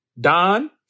Don